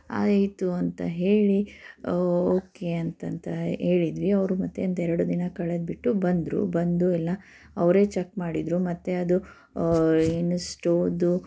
ಆಯಿತು ಅಂತ ಹೇಳಿ ಓಕೇ ಅಂತಂತ ಹೇಳಿದ್ವಿ ಅವರು ಮತ್ತೆ ಒಂದು ಎರಡು ದಿನ ಕಳೆದುಬಿಟ್ಟು ಬಂದರು ಬಂದು ಎಲ್ಲ ಅವರೇ ಚೆಕ್ ಮಾಡಿದರು ಮತ್ತು ಅದು ಏನು ಸ್ಟೋವ್ದು